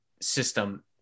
system